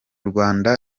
rwanda